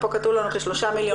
פה כתוב לנו כ-3 מיליון.